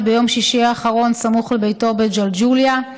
ביום שישי האחרון סמוך לביתו בג'לג'וליה.